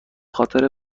خاطر